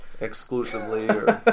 exclusively